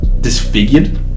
disfigured